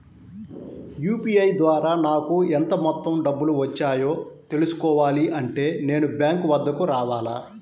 UPI ద్వారా నాకు ఎంత మొత్తం డబ్బులు వచ్చాయో తెలుసుకోవాలి అంటే నేను బ్యాంక్ వద్దకు రావాలా?